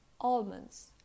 almonds